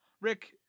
Rick